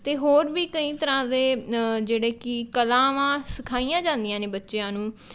ਅਤੇ ਹੋਰ ਵੀ ਕਈ ਤਰ੍ਹਾਂ ਦੇ ਜਿਹੜੇ ਕਿ ਕਲਾਵਾਂ ਸਿਖਾਈਆਂ ਜਾਂਦੀਆਂ ਨੇ ਬੱਚਿਆਂ ਨੂੰ